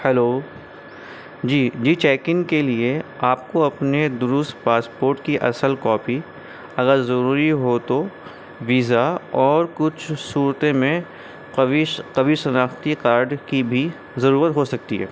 hello جی جی check in کے لیے آپ کو اپنے درست پاسپورٹ کی اصل کاپی اگر ضروری ہو تو ویزا اور کچھ صورت میں قوی قوی شناختی کارڈ کی بھی ضرورت ہو سکتی ہے